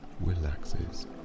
relaxes